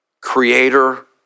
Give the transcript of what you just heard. Creator